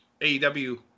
AEW